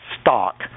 stock